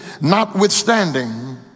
notwithstanding